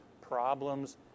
problems